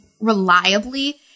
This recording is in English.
reliably